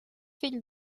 fill